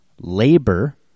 labor